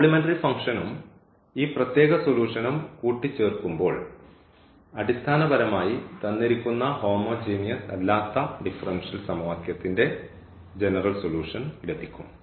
complementary ഫംഗ്ഷനും ഈ പ്രത്യേക സൊലൂഷനും കൂട്ടിച്ചേർക്കുമ്പോൾ അടിസ്ഥാനപരമായി തന്നിരിക്കുന്ന ഹോമോ ജീനിയസ് അല്ലാത്ത ഡിഫറൻഷ്യൽ സമവാക്യത്തിന്റെ ജനറൽ സൊല്യൂഷൻ ലഭിക്കും